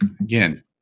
Again